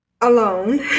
alone